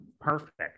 perfect